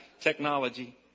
technology